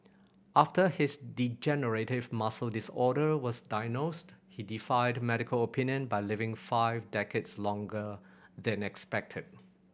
after his degenerative muscle disorder was diagnosed he defied medical opinion by living five decades longer than expected